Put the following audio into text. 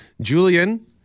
Julian